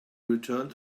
returned